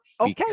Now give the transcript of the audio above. Okay